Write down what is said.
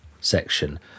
section